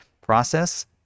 process